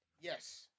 yes